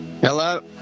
Hello